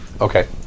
Okay